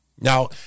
Now